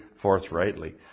forthrightly